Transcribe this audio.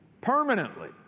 permanently